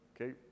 Okay